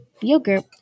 yogurt